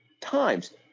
times